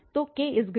तो k≥1